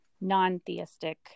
non-theistic